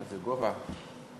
איזה גובה.